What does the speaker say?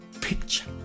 picture